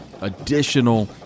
additional